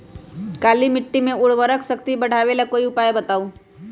काली मिट्टी में उर्वरक शक्ति बढ़ावे ला कोई उपाय बताउ?